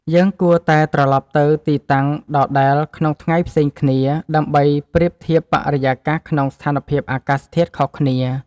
យើងគួរតែត្រលប់ទៅទីតាំងដដែលក្នុងថ្ងៃផ្សេងគ្នា ដើម្បីប្រៀបធៀបបរិយាកាសក្នុងស្ថានភាពអាកាសធាតុខុសគ្នា។